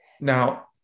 Now